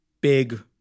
big